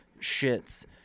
shits